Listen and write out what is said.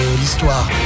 l'histoire